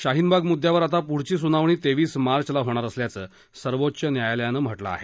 शाहीनबाग मुद्यावर आता पुढील सुनावणी तेवीस मार्चला होणार असल्याचं सर्वोच्च न्यायालयानं म्हामिं आहे